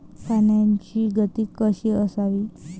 पाण्याची गती कशी असावी?